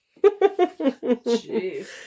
Jeez